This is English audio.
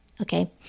okay